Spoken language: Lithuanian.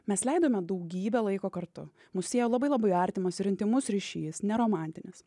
mes leidome daugybę laiko kartu mus siejo labai labai artimas ir intymus ryšys ne romantinis